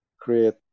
create